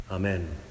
Amen